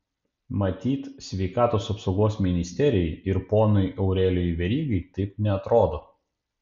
matyt sveikatos apsaugos ministerijai ir ponui aurelijui verygai taip neatrodo